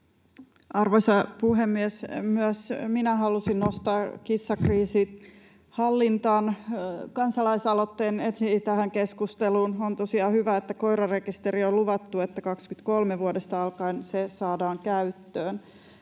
Arvoisa puhemies! Myös minä halusin nostaa kissakriisinhallintaan pyrkivän kansalaisaloitteen esiin tähän keskusteluun. On tosiaan hyvä, että koirarekisteri on luvattu ja että vuodesta 23 alkaen se saadaan käyttöön.